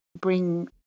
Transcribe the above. bring